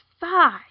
five